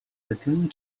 returned